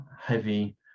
heavy